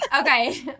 okay